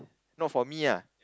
not for me ah